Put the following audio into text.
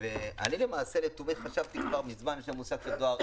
ואני למעשה לתומי חשבתי כבר מזמן --- הדואר.